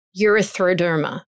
urethroderma